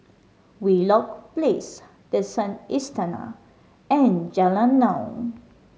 Wheelock Place The Sun Istana and Jalan Naung